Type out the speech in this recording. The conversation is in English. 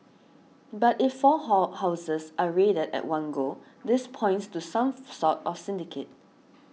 but if four hall houses are raided at one go this points to some sort of syndicate